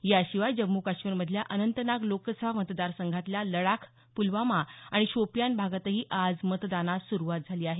याशिवाय जम्मू काश्मीर मधल्या अनंतनाग लोकसभा मतदार संघातल्या लडाख पुलवामा आणि शोपियान भागातही आज मतदानास सुरूवात झाली आहे